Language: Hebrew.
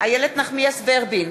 איילת נחמיאס ורבין,